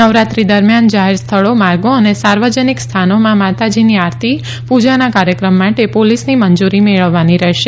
નવરાત્રી દરમિયાન જાહેર સ્થળો માર્ગો અને સાર્વજનિક સ્થાનોમાં માતાજીની આરતી પૂજાના કાર્યક્રમ માટે પોલીસની મંજૂરી મેળવવાની રહેશે